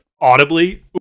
audibly